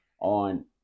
on